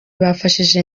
bafashije